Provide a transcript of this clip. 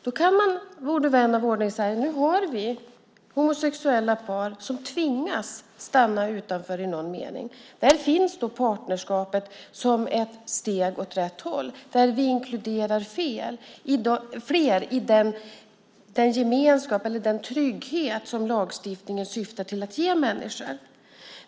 Då kan vän av ordning säga att vi har homosexuella par som tvingas stanna utanför i någon mening. Där finns partnerskapet som ett steg åt rätt håll där vi inkluderar fler i den trygghet som lagstiftningen syftar till att ge människor.